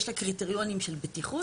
יש לה קריטריונים של בטיחות,